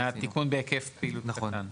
התיקון בהיקף פעילות קטן.